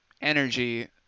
energy